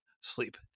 sleep